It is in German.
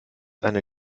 eine